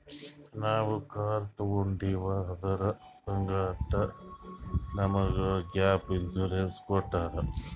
ನಾವ್ ಕಾರ್ ತೊಂಡಿವ್ ಅದುರ್ ಸಂಗಾಟೆ ನಮುಗ್ ಗ್ಯಾಪ್ ಇನ್ಸೂರೆನ್ಸ್ ಕೊಟ್ಟಾರ್